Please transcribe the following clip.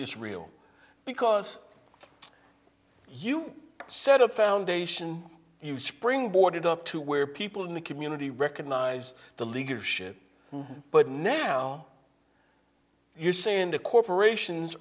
this real because you set a foundation you springboard it up to where people in the community recognize the leadership but now you're saying the corporations